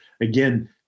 again